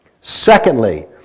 Secondly